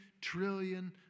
trillion